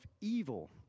evil